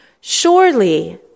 Surely